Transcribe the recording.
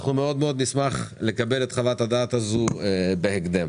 נשמח לקבל את חוות הדעת הזאת בהקדם.